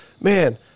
man